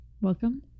Welcome